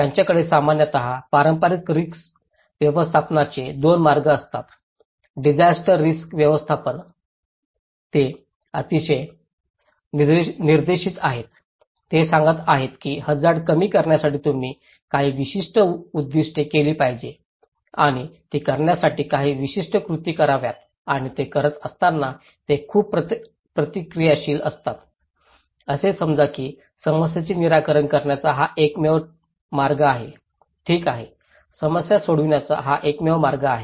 त्यांच्याकडे सामान्यत पारंपारिक रिस्क व्यवस्थापनाचे 2 मार्ग असतात डिसास्टर रिस्क व्यवस्थापन ते अतिशय निर्देशित आहेत ते सांगत आहेत की हझार्ड कमी करण्यासाठी तुम्ही काही विशिष्ट उद्दिष्टे केली पाहिजेत आणि ती करण्यासाठी काही विशिष्ट कृती कराव्यात आणि ते करत असताना ते खूप प्रतिक्रियाशील असतात असे समजा की समस्येचे निराकरण करण्याचा हा एकमेव मार्ग आहे ठीक आहे समस्या सोडविण्याचा हा एकमेव मार्ग आहे